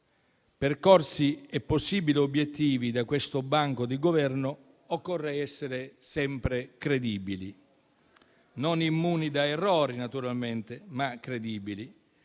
percorsi e possibili obiettivi da questo banco di Governo, occorre essere sempre credibili; non immuni da errori naturalmente, ma credibili.